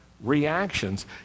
reactions